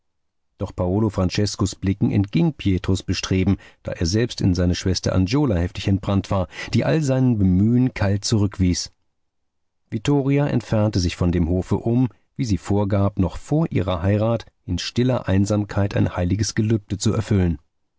doch paolo franceskos blicken entging pietros bestreben da er selbst in seine schwester angiola heftig entbrannt war die all sein bemühen kalt zurückwies vittoria entfernte sich von dem hofe um wie sie vorgab noch vor ihrer heirat in stiller einsamkeit ein heiliges gelübde zu erfüllen